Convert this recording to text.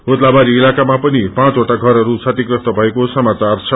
उदलाबारी इलकामा पन पाँचवटा घरहरू क्षतिप्रस्त भएको सामाचार छ